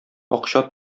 акча